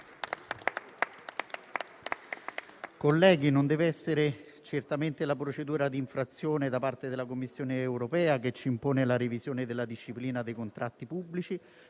Colleghi, non deve essere certamente la procedura di infrazione da parte della Commissione europea a imporci la revisione della disciplina dei contratti pubblici,